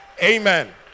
Amen